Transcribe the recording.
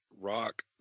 Rock